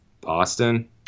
boston